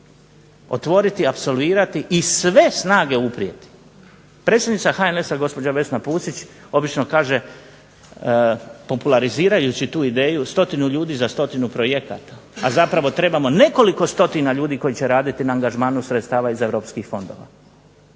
otvoriti, apsolvirati i sve snage uprijeti. Predsjednica HNS-a gospođa Vesna Pusić obično kaže popularizirajući tu ideju 100 ljudi za 100 projekata. A zapravo trebamo nekoliko stotina ljudi koji će raditi na angažmanu sredstava iz europskih fondova.